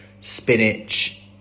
spinach